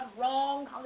wrong